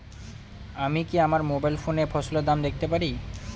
আমি কি আমার মোবাইল ফোনে ফসলের দাম দেখতে পারি?